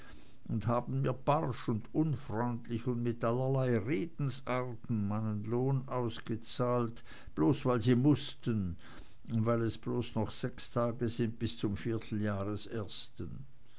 und haben mir barsch und unfreundlich und mit allerlei redensarten meinen lohn ausgezahlt bloß weil sie mußten und weil es bloß noch sechs tage sind bis zum